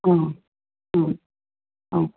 ஆ ஆ ஆ